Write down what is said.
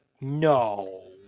no